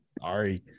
sorry